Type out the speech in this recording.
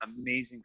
amazing